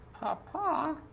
Papa